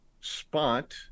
spot